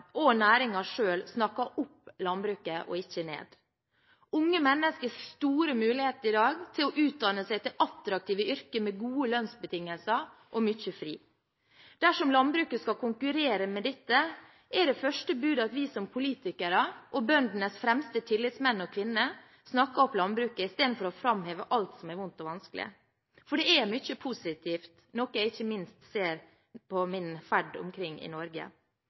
og næringen selv snakker opp landbruket og ikke ned. Unge mennesker har i dag store muligheter til å utdanne seg til attraktive yrker med gode lønnsbetingelser og mye fri. Dersom landbruket skal konkurrere med dette, er det første bud at vi som politikere og bøndenes fremste tillitsmenn og -kvinner snakker opp landbruket istedenfor å framheve alt som er vondt og vanskelig. For det er mye positivt, noe jeg ikke minst ser på min ferd omkring i Norge.